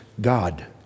God